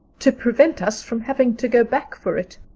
to prevent us from having to go back for it,